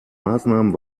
maßnahmen